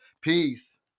Peace